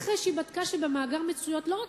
רק אחרי שהיא בדקה שבמאגר נמצאות לא רק